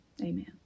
amen